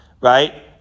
Right